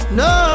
no